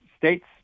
states